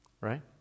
right